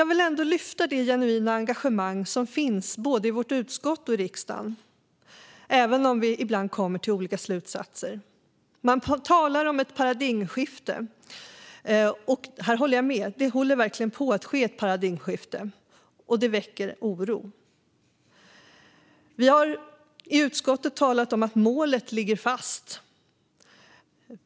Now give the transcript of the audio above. Jag vill ändå lyfta fram det genuina engagemang som finns både i vårt utskott och i riksdagen, även om vi ibland kommer till olika slutsatser. Man talar om ett paradigmskifte. Här håller jag med. Det håller verkligen på att ske ett paradigmskifte, och det väcker oro. Vi har i utskottet talat om att målet ligger fast.